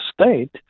state